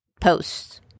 posts